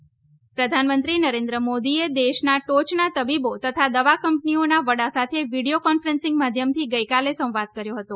મોદી તબીબો પ્રધાનમંત્રી નરેન્દ્ર મોદીએ દેશના ટોચના તબીબો તથા દવા કંપનીઓના વડા સાથે વિડીયો કોન્ફરન્સીંગ માધ્યમથી ગઇકાલે સંવાદ કર્યો છે